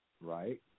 Right